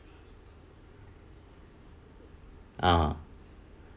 ah